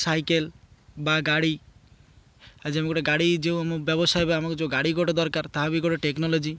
cycle ବା ଗାଡ଼ି ଆଜି ଆମେ ଗୋଟେ ଗାଡ଼ି ଯେଉଁ ବ୍ୟବସାୟ ଆମକୁ ଯେଉଁ ଗାଡ଼ି ଗୋଟେ ଦରକାର ତାହା ବି ଗୋଟେ ଟେକ୍ନୋଲୋଜି